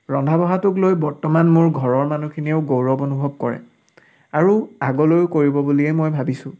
ৰন্ধা বঢ়াটোক লৈ বৰ্তমান মোৰ ঘৰৰ মানুহখিনিয়েও গৌৰৱ অনুভৱ কৰে আৰু আগলৈও কৰিব বুলিয়ে মই ভাবিছোঁ